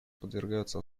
подвергаются